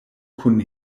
kun